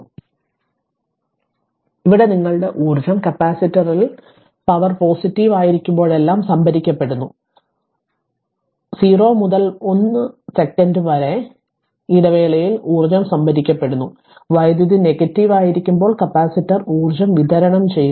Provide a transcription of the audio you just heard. അതിനാൽ ഇവിടെ നിങ്ങളുടെ ഊർജ്ജം കപ്പാസിറ്ററിൽ പവർ പോസിറ്റീവ് ആയിരിക്കുമ്പോഴെല്ലാം സംഭരിക്കപ്പെടുന്നു അതിനാൽ 0 മുതൽ 1 സെക്കൻഡ് വരെ ഇടവേളയിൽ ഊർജ്ജം സംഭരിക്കപ്പെടുന്നു വൈദ്യുതി നെഗറ്റീവ് ആയിരിക്കുമ്പോൾ കപ്പാസിറ്റർ ഊർജ്ജം വിതരണം ചെയ്യുന്നു